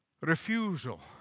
refusal